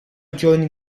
giorni